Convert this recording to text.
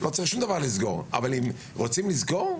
אבל אם רוצים לסגור,